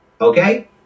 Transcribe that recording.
Okay